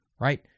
right